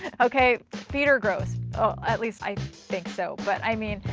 okay? feet are gross. at least i think so, but i mean,